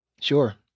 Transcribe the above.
Sure